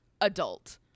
adult